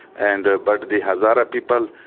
and ah but the hazara people,